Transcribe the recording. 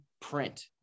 print